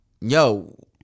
yo